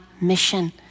mission